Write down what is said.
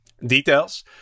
details